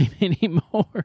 anymore